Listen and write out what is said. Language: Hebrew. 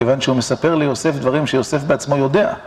כיוון שהוא מספר ליוסף דברים שיוסף בעצמו יודע.